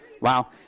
Wow